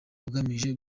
ugamije